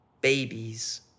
Babies